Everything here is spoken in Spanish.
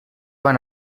van